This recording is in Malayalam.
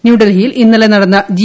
ന്യൂഡൽഹിയിൽ ഇന്നലെ നടന്ന ജി